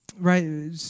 right